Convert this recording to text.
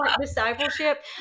discipleship